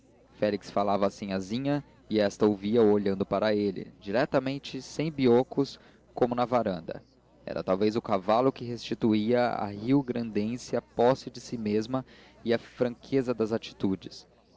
félix falava a sinhazinha e esta ouvia-me olhando para ele direitamente sem blocos como na varanda era talvez o cavalo que restituía à rio grandense a posse de si mesma e a franqueza das atitudes